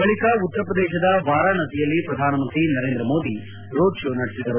ಬಳಿಕ ಉತ್ತರ ಪ್ರದೇಶದ ವಾರಾಣಸಿಯಲ್ಲಿ ಪ್ರಧಾನಮಂತ್ರಿ ನರೇಂದ್ರ ಮೋದಿ ರೋಡ್ ಶೋ ನಡೆಸಿದರು